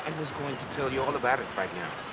was going to tell you all about it right now.